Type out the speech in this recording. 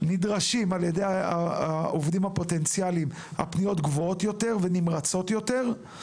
נדרשים על ידי העובדים הפוטנציאלים הפניות גבוהות יותר ונמרצות יותר.